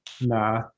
nah